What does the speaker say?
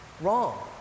wrong